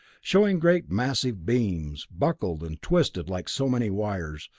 showing great, massive beams, buckled and twisted like so many wires,